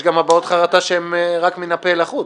יש גם הבעות חרטה שהן רק מן השפה ולחוץ.